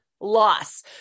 loss